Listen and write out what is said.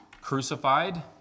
crucified